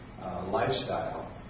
lifestyle